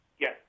Yes